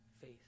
faith